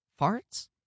Farts